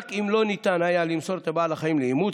רק אם לא ניתן היה למסור את בעל החיים לאימוץ